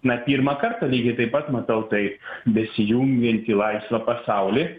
na pirmą kartą lygiai taip pat matau tai besijungiantį laisvą pasaulį